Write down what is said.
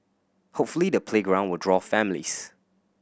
hopefully the playground will draw families